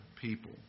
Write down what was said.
people